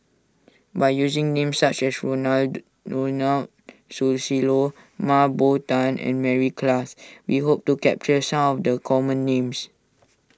by using names such as Susilo Mah Bow Tan and Mary Klass we hope to capture some of the common names